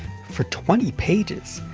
for twenty pages,